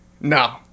No